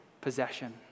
possession